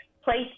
place